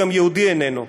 גם יהודי איננו.